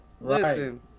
Listen